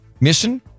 mission